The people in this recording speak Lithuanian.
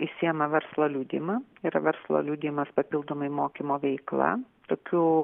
išsiima verslo liudijimą yra verslo liudijimas papildomai mokymo veikla tokių